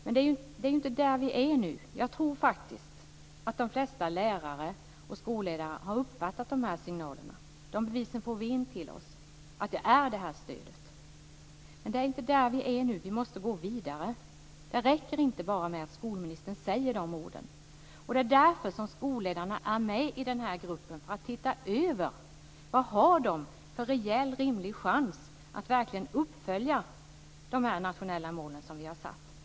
Men det är inte där vi är nu. Jag tror faktiskt att de flesta lärare och skolledare har uppfattat dessa signaler. Bevisen för att man har uppfattat detta stöd får vi in till oss. Men det är inte där vi är nu. Vi måste gå vidare. Det räcker inte med att skolministern säger de orden. Det är därför som skolledarna är med i denna grupp där vi tittar över vilken rimlig chans man har att verkligen nå de nationella mål vi har satt.